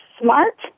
smart